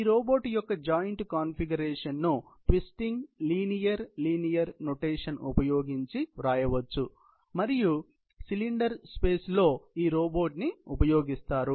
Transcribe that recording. ఈ రోబోట్ యొక్క joint configuration ను ట్విస్టింగ్ లీనియర్ లీనియర్ నోటేషన్ ఉపయోగించి వ్రాయవచ్చు మరియు సిలిండర్ స్పేస్ లో ఈ రోబోట్ ని ఉపయోగిస్తారు